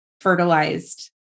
fertilized